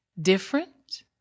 Different